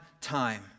time